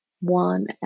one